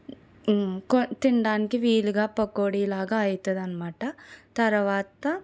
తినడానికి వీలుగా పకోడిలాగా అవుతుందనమాట తర్వాత